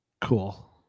Cool